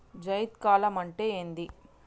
జైద్ కాలం అంటే ఏంది?